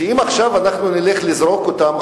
שאם עכשיו אנחנו נלך לזרוק אותם,